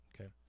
okay